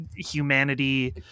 Humanity